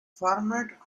format